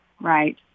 right